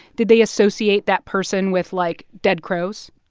did they associate that person with, like, dead crows?